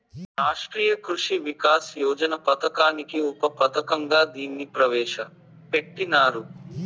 రాష్ట్రీయ కృషి వికాస్ యోజన పథకానికి ఉప పథకంగా దీన్ని ప్రవేశ పెట్టినారు